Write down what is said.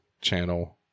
channel